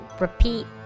repeat